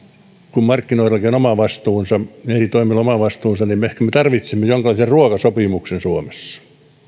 kun markkinoillakin on oma vastuunsa eri toimijoilla oma vastuunsa niin ehkä me tarvitsemme jonkinlaisen ruokasopimuksen suomessa